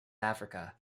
africa